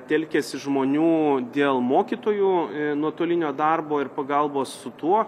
telkiasi žmonių dėl mokytojų nuotolinio darbo ir pagalbos su tuo